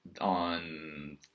on